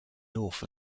north